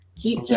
Keep